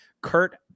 Kurt